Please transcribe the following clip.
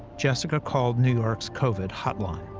jessica called new york's covid hotline.